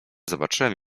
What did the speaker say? zobaczyłem